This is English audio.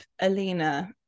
Alina